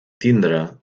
tindre